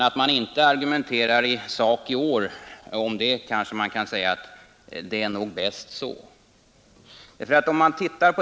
Att man i år inte argumenterar i sak kan sägas vara klokt.